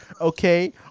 okay